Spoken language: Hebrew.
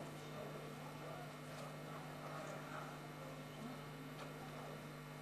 הצעות האי-אמון שמונחות אחת לשבוע באופן